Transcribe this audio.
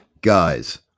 Guys